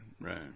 right